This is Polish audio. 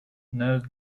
nel